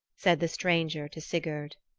said the stranger to sigurd.